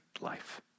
life